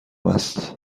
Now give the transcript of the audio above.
است